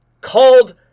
called